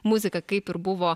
muzika kaip ir buvo